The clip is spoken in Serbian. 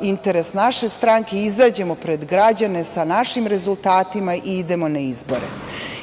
interes naše stranke, izađemo pred građane sa našim rezultatima i idemo na izbore. To